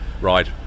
ride